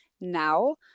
now